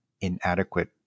inadequate